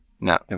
No